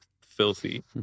filthy